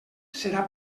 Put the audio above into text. serà